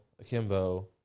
Akimbo